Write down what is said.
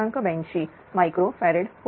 82 F होईल